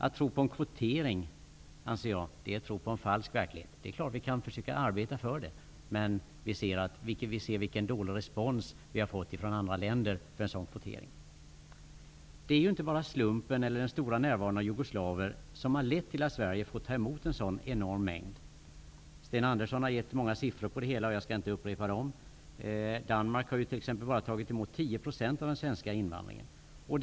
Att tro på en kvotering anser jag är att tro på en falsk verklighet. Vi kan naturligtvis försöka arbeta för det, men vi har ju sett vilken dålig respons vi får från andra länder. Det är bara inte slumpen eller den redan stora närvaron av jugoslaver som lett till att Sverige fått ta emot en sådan enorm mängd. Sten Andersson i Malmö har angett många siffror, jag tänker inte upprepa dem. Danmark har tagit emot bara ett antal motsvarande 10 % av invandringen till Sverige.